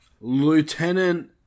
Lieutenant